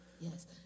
Yes